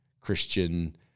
christian